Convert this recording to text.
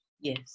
yes